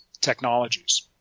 technologies